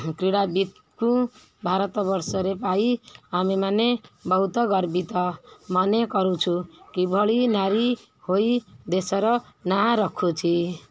କ୍ରୀଡ଼ାବିତକୁ ଭାରତ ବର୍ଷରେ ପାଇ ଆମେମାନେ ବହୁତ ଗର୍ବିତ ମନେ କରୁଛୁ କିଭଳି ନାରୀ ହୋଇ ଦେଶର ନାଁ ରଖୁଛି